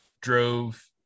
drove